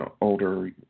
older